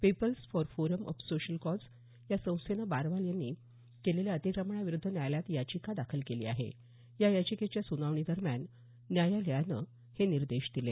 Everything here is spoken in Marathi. people's Forum for Social Cause या संस्थेनं बारवाल यांनी केलेल्या अतिक्रमणा विरूद्ध न्यायालयात याचिका दाखल केली आहे या याचिकेच्या सुनावणी दरम्यान न्यायालयानं हे निर्देश दिले